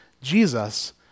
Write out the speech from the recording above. Jesus